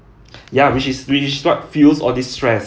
ya which is which is what fuels all this stress